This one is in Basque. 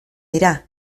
dira